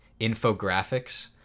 infographics